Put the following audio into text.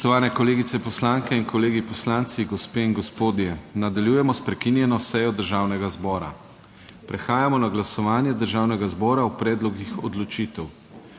Spoštovane kolegice poslanke in kolegi poslanci, gospe in gospodje! Nadaljujemo s prekinjeno sejo Državnega zbora. Prehajamo na glasovanje Državnega zbora o predlogih odločitev.